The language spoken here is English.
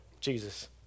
Jesus